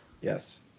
Yes